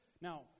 Now